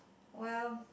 well